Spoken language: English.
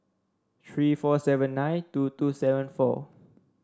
three four seven nine two two seven four